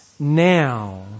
Now